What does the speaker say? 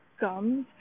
gums